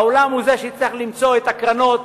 העולם הוא זה שיצטרך למצוא את הקרנות